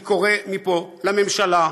אני קורא מפה לממשלה.